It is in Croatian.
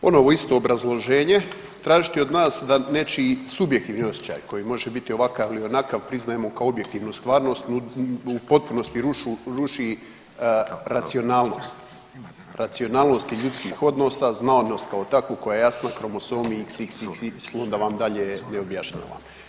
Ponovo isto obrazloženje, tražiti od nas da nečiji subjektivni osjećaji koji može biti ovakav ili onakav priznajemo kao objektivnu stvarnost u postupnosti ruši racionalnost, racionalnost ljudskih odnosa znanost kao takvu koja je jasna kromosomi xxx … da vam dalje ne objašnjavam.